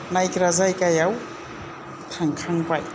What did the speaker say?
नायग्रा जायगायाव थांखांबाय